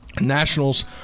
Nationals